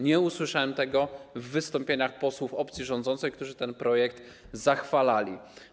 Nie usłyszałem tego w wystąpieniach posłów opcji rządzącej, którzy ten projekt zachwalali.